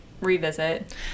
revisit